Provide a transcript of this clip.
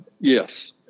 yes